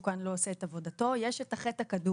כאן לא עושה את עבודתו יש את החטא הקדום.